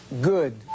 good